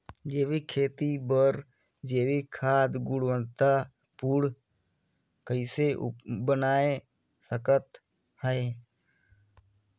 जैविक खेती बर जैविक खाद गुणवत्ता पूर्ण कइसे बनाय सकत हैं?